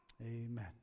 Amen